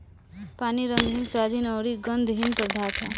पानी रंगहीन, स्वादहीन अउरी गंधहीन पदार्थ ह